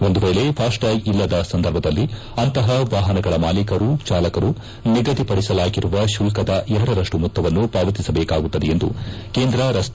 ಒಂದು ವೇಳೆ ಫಾಸ್ಗ್ರೆಟ್ಲಾಗ್ ಇಲ್ಲದ ಸಂದರ್ಭದಲ್ಲಿ ಅಂತಹ ವಾಹನಗಳ ಮಾಲೀಕರು ಚಾಲಕರು ನಿಗದಿಪಡಿಸಲಾಗಿರುವ ಶುಲ್ಲದ ಎರಡರಷ್ಟು ಮೊತ್ತವನ್ನು ಪಾವತಿಸಬೇಕಾಗುತ್ತದೆ ಎಂದು ಕೇಂದ್ರ ರಸ್ತೆ